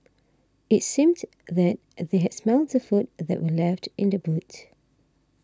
it seemed that they had smelt the food that were left in the boot